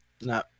No